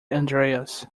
andreas